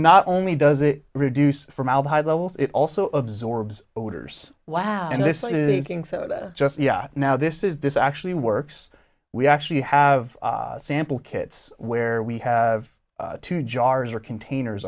not only does it reduce formaldehyde levels it also absorbs odors wow and this is just now this is this actually works we actually have sample kits where we have two jars or containers